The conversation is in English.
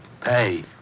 Pay